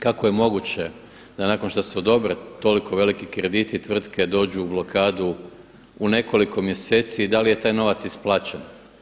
Kako je moguće da nakon što se odobre toliko veliki krediti tvrtke dođu u blokadu u nekoliko mjeseci i da li je taj novac isplaćen?